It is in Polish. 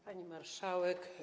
Pani Marszałek!